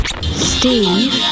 Steve